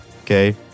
Okay